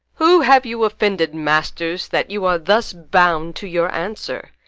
who have you offended, masters, that you are thus bound to your answer?